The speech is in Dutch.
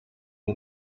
het